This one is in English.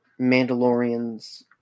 Mandalorians